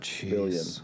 billion